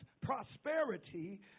prosperity